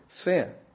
sphere